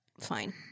fine